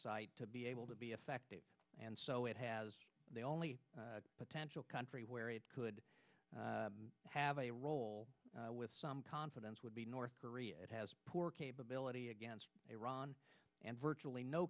site to be able to be effective and so it has the only potential country where it could have a role with some confidence would be north korea it has poor capability against iran and virtually no